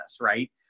right